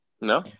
No